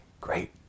great